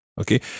Okay